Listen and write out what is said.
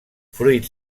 fruit